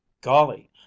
Golly